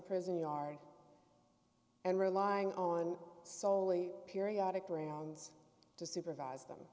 prison yard and relying on soley periodic rounds to supervise them